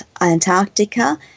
Antarctica